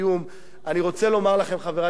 אני רוצה לומר לכם, חברי חברי הכנסת,